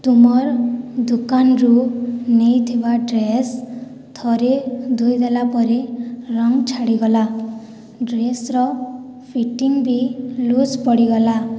ତୁମର୍ ଦୋକାନ୍ରୁ ନେଇଥିବା ଡ୍ରେସ୍ ଥରେ ଧୁଇଦେଲା ପରେ ରଙ୍ଗ୍ ଛାଡ଼ିଗଲା ଡ୍ରେସ୍ର ଫିଟିଙ୍ଗ୍ ବି ଲୁଜ୍ ପଡ଼ିଗଲା